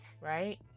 right